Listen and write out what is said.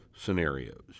scenarios